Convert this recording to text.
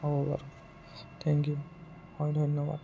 হ'ব বাৰু thank you হয় ধন্যবাদ